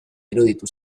iruditu